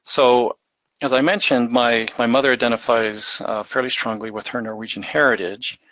so as i mentioned, my my mother identifies fairly strongly with her norwegian heritage,